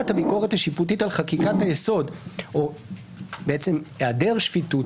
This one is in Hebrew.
הביקורת השיפוטית על חקיקת היסוד או היעדר שפיטות